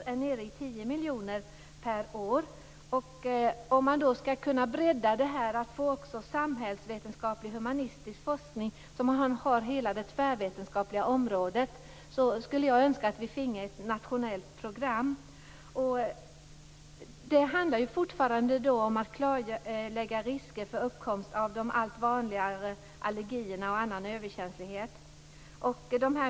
Den är nu nere i 10 miljoner kronor per år. Skall det nu bli en breddning till samhällsvetenskaplig och humanistisk forskning över hela det tvärvetenskapliga området måste det bli ett nationellt program. Det handlar fortfarande om att klarlägga risker för uppkomst av de allt vanligare allergierna och annan överkänslighet.